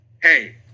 hey